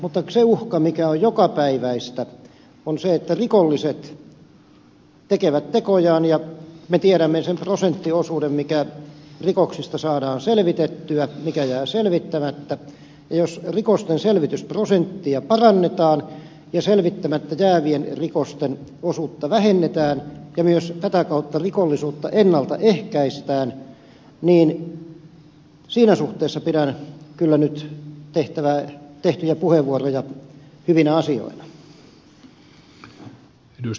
mutta se uhka mikä on jokapäiväistä on se että rikolliset tekevät tekojaan ja me tiedämme sen prosenttiosuuden mikä rikoksista saadaan selvitettyä mikä jää selvittämättä ja jos rikosten selvitysprosenttia parannetaan ja selvittämättä jäävien rikosten osuutta vähennetään ja myös tätä kautta rikollisuutta ennalta ehkäistään niin siinä suhteessa pidän kyllä nyt pidettyjä puheenvuoroja hyvinä asioina